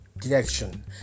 direction